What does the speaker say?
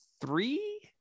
three